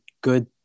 good